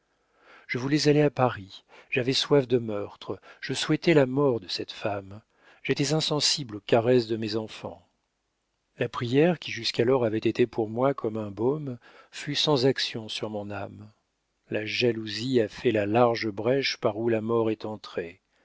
je voulais aller à paris j'avais soif de meurtre je souhaitais la mort de cette femme j'étais insensible aux caresses de mes enfants la prière qui jusqu'alors avait été pour moi comme un baume fut sans action sur mon âme la jalousie a fait la large brèche par où la mort est entrée